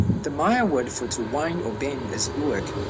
the mayan word for to wind or bend is uuc